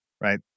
right